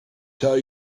tell